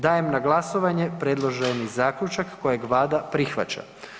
Dajem na glasovanje predloženi zaključak kojeg Vlada prihvaća.